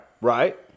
Right